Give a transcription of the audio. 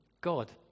God